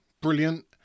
brilliant